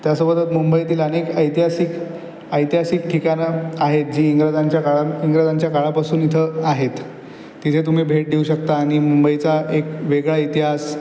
त्यासोबतच मुंबईतील अनेक ऐतिहासिक ऐतिहासिक ठिकाणं आहेत जी इंग्रजांच्या काळात इंग्रजांच्या काळापासून इथं आहेत तिथे तुम्ही भेट देऊ शकता आणि मुंबईचा एक वेगळा इतिहास